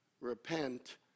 repent